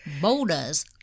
Boulders